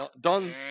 Don